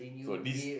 so this